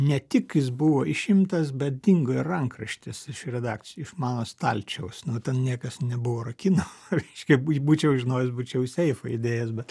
ne tik jis buvo išimtas bet dingo ir rankraštis iš redakcijos iš mano stalčiaus nu ten niekas nebuvo rakinama reiškia būč būčiau žinojęs būčiau į seifą įdėjęs bet